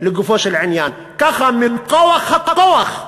לגופו של עניין, ככה, מכוח הכוח,